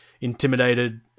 intimidated